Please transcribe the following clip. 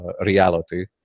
reality